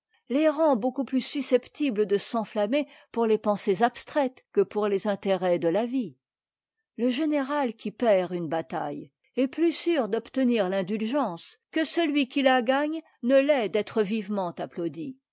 les rend beaucoup plus susceptibles de s'enflammer pour les pensées abstraites que pour les intérêts de la vie le général qui perd une bataille est plus sûr d'obtenir l'indulgence que celui qui la gagne ne l'est d'être vivement applaudi